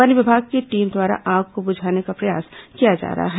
one विभाग की team द्वारा आग को बुझाने का प्रयास किया जा रहा है